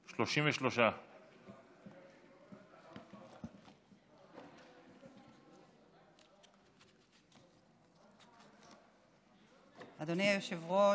33. אדוני היושב-ראש,